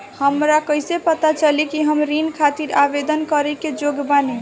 हमरा कईसे पता चली कि हम ऋण खातिर आवेदन करे के योग्य बानी?